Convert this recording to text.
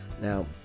Now